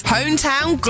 Hometown